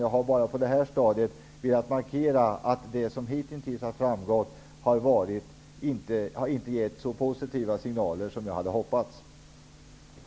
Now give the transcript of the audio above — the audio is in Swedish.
På det här stadiet har jag bara velat markera att det som hitintills har framgått inte har gett så positiva signaler som jag hade hoppats på.